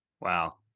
Wow